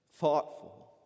thoughtful